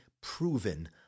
proven